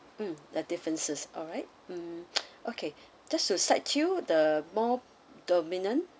mm the differences alright mm okay just to set you the more dominant